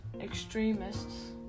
extremists